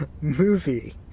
movie